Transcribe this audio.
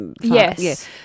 Yes